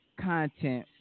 content